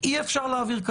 כי הנסיבות הן נסיבות